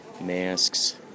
masks